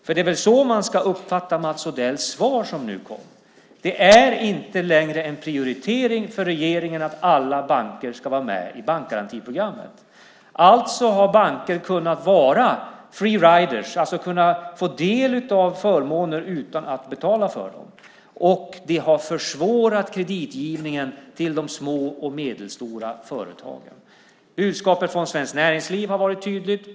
Det är väl så man ska uppfatta Mats Odells svar nu? Det är inte längre en prioritering för regeringen att alla banker ska vara med i bankgarantiprogrammet. Alltså har banker kunnat vara free riders , det vill säga kunnat få del av förmåner utan att betala för dem. Det har försvårat kreditgivningen till de små och medelstora företagen. Budskapet från Svenskt Näringsliv har varit tydligt.